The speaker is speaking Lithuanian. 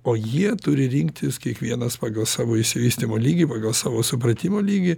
o jie turi rinktis kiekvienas pagal savo išsivystymo lygį pagal savo supratimo lygį